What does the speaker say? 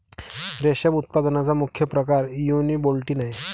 रेशम उत्पादनाचा मुख्य प्रकार युनिबोल्टिन आहे